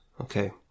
Okay